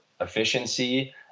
efficiency